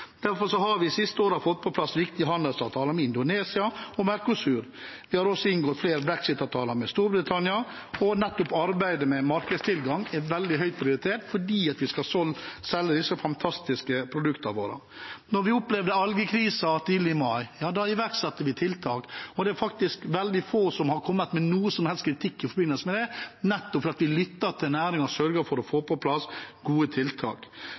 Derfor har vi de siste årene fått på plass viktige handelsavtaler med Indonesia og Mercosur. Vi har også inngått flere brexit-avtaler med Storbritannia, og nettopp arbeidet med markedstilgang er veldig høyt prioritert fordi vi skal selge disse fantastiske produktene våre. Da vi opplevde algekrisen tidlig i mai, iverksatte vi tiltak, og det er faktisk veldig få som har kommet med noen som helst kritikk i forbindelse med det, nettopp fordi vi lyttet til næringen og sørget for å få på plass gode tiltak.